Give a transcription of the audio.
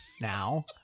now